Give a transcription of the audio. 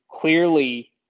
clearly